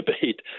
debate